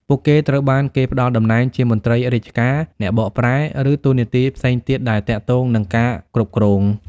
ពួកគេត្រូវបានគេផ្តល់តំណែងជាមន្ត្រីរាជការ អ្នកបកប្រែ ឬតួនាទីផ្សេងទៀតដែលទាក់ទងនឹងការគ្រប់គ្រង។